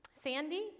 Sandy